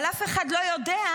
אבל אף אחד לא יודע,